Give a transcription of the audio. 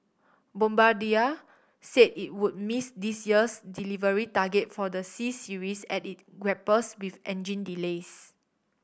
Bombardier said it would miss this year's delivery target for the C Series as it grapples with engine delays